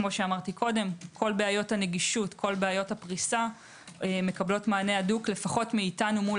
כאמור כל בעיות הנגישות והפריסה מקבלות מענה הדוק לפחות מאתנו מול